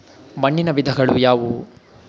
ಮಣ್ಣಿನ ವಿಧಗಳು ಯಾವುವು?